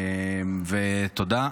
תודה.